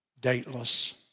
dateless